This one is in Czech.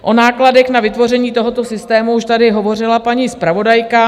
O nákladech na vytvoření tohoto systému už tady hovořila paní zpravodajka.